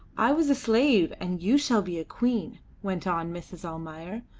i was slave, and you shall be a queen, went on mrs. almayer,